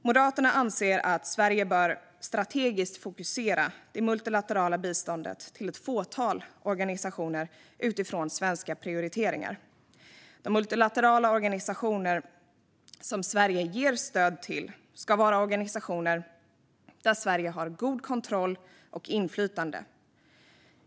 Moderaterna anser att Sverige bör strategiskt fokusera det multilaterala biståndet till ett fåtal organisationer utifrån svenska prioriteringar. De multilaterala organisationer som Sverige ger stöd till ska vara organisationer där Sverige har god kontroll och inflytande.